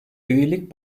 üyelik